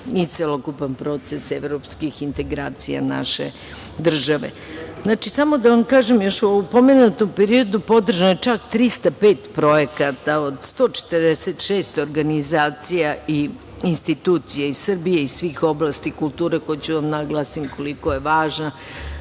i celokupan proces evropskih integracija naše države. Samo da vam kažem, još u pomenutom periodu podržano je čak 305 projekata od 146 organizacija i institucija iz Srbije i svih oblasti kulture. Hoću da naglasim koliko je važno